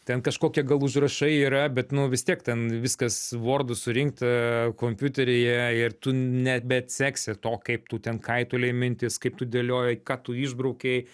ten kažkokie gal užrašai yra bet nu vistiek ten viskas vordu surinkta kompiuteryje ir tu nebeatseksi to kaip tu ten kaitaliojai mintis kaip tu dėliojai ką tu išbraukei